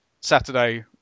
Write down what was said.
Saturday